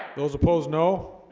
those opposed no